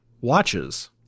watches